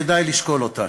כדאי לשקול אותה.